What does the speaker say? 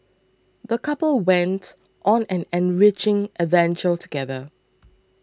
the couple went on an enriching adventure together